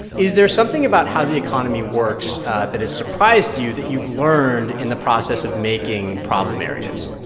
is there something about how the economy works that has surprised you that you've learned in the process of making problem areas?